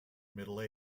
middle